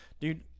Dude